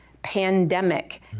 pandemic